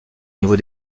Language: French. niveau